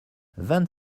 vingt